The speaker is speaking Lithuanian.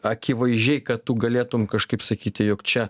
akivaizdžiai kad tu galėtum kažkaip sakyti jog čia